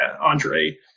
Andre